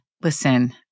listen